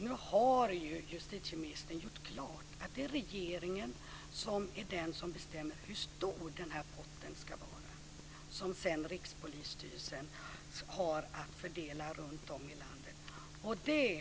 Nu har ju justitieministern gjort klart att det är regeringen som bestämmer hur stor den pott ska vara som sedan Rikspolisstyrelsen har att fördela runtom i landet.